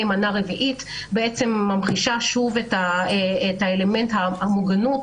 מנה רביעית ממחישה שוב את אלמנט המוגנות,